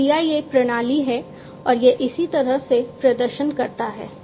तो यह CIA प्रणाली है और यह इसी तरह से प्रदर्शन करता है